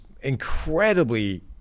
incredibly